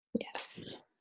Yes